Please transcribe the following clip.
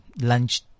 lunch